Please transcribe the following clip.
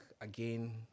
again